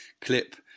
clip